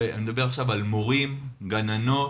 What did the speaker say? ואני מדבר עכשיו על מורים, גננות,